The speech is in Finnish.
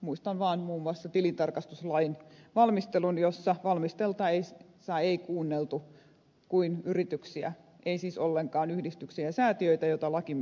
muistan vaan muun muassa tilintarkastuslain valmistelun jolloin ei kuunneltu muita kuin yrityksiä ei siis ollenkaan yhdistyksiä ja säätiöitä joita laki myös koski